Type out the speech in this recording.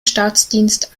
staatsdienst